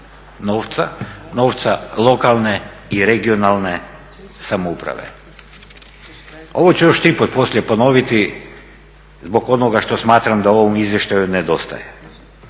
novca lokalne i regionalne samouprave. Ovo ću još tri puta poslije ponoviti zbog onoga što smatram da u ovom izvještaju nedostaje.